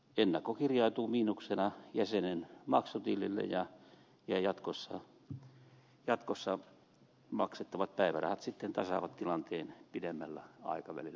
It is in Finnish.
ennakko kirjautuu miinuksena jäsenen maksutilille ja jatkossa maksettavat päivärahat tasaavat tilanteen pidemmällä aikavälillä